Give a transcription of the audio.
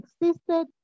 existed